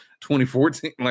2014